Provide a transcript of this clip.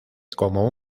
como